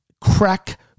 crack